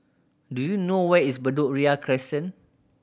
do you know where is Bedok Ria Crescent